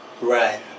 Right